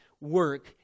work